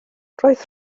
roedd